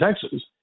Texas